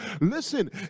Listen